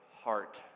heart